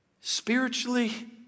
Spiritually